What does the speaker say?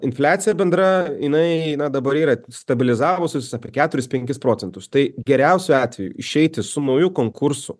infliacija bendra jinai na dabar yra stabilizavusis apie keturis penkis procentus tai geriausiu atveju išeiti su nauju konkursu